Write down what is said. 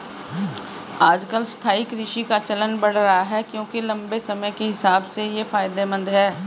आजकल स्थायी कृषि का चलन बढ़ रहा है क्योंकि लम्बे समय के हिसाब से ये फायदेमंद है